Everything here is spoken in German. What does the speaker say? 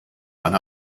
eine